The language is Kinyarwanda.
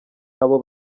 abo